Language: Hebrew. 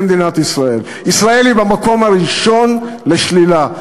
ישראל היא במקום הראשון לשלילה.